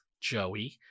Joey